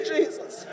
Jesus